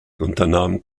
unternahm